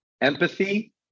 empathy